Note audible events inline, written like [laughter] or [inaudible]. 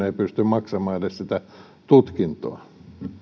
[unintelligible] ei pysty maksamaan edes sitä tutkintoa